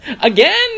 again